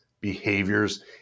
behaviors